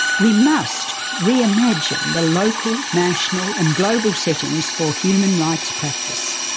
we must reimagine the local, national and global settings for human rights practice.